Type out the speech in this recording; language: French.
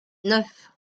neuf